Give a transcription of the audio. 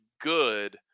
good